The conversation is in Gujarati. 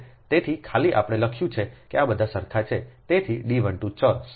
તેથી ખાલી આપણે લખ્યું છે કે બધા સરખા છેતેથી D 12 ચોરસ